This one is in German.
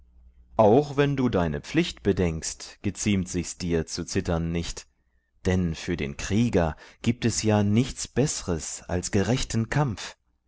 auch wenn du deine pflicht bedenkst geziemt sich's dir zu zittern nicht denn für den krieger gibt es ja nichts bessres als gerechten kampf